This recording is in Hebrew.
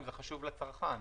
אם זה חשוב לצרכן.